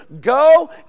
Go